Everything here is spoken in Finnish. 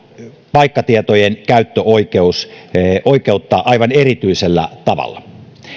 paikkatietojen käyttöoikeutta aivan erityisellä tavalla